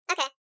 Okay